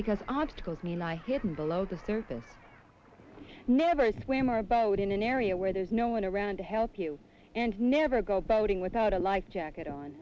because obstacles mean lie hidden below the surface never swim or about in an area where there's no one around to help you and never go boating without a life jacket on